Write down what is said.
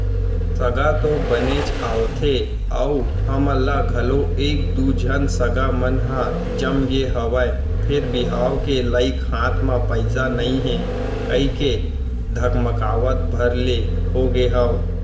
सगा तो बनेच आवथे अउ हमन ल घलौ एक दू झन सगा मन ह जमगे हवय फेर बिहाव के लइक हाथ म पइसा नइ हे कहिके धकमकावत भर ले होगे हंव